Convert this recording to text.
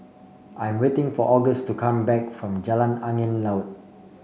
I am waiting for August to come back from Jalan Angin Laut